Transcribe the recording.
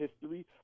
history